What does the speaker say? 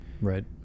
Right